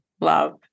love